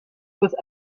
with